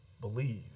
believe